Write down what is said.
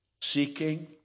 seeking